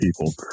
people